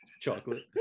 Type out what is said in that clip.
chocolate